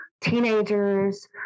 teenagers